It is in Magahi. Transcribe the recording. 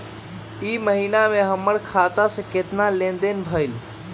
ई महीना में हमर खाता से केतना लेनदेन भेलइ?